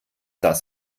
das